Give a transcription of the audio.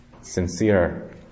sincere